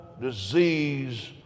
disease